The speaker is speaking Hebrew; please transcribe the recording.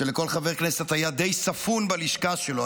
שכל חבר כנסת די ספון בלשכה שלו.